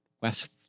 West